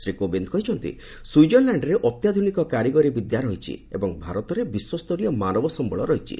ଶ୍ରୀ କୋବିନ୍ଦ କହିଛନ୍ତି ସ୍ୱିଜରଲ୍ୟାଣ୍ଡରେ ଅତ୍ୟାଧୁନିକ କାରିଗରି ବିଦ୍ୟା ରହିଛି ଏବଂ ଭାରତରେ ବିଶ୍ୱସ୍ତରୀୟ ମାନବ ସମ୍ଭଳ ରହିଛି